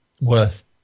worth